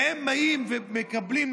והם באים ומקבלים,